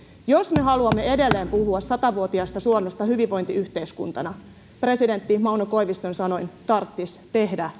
jos me haluamme edelleen puhua sata vuotiaasta suomesta hyvinvointiyhteiskuntana presidentti mauno koiviston sanoin tarttis tehdä